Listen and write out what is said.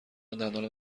دندان